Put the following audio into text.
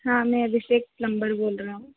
हाँ मैं अभिषेक प्लंबर बोल रहा हूँ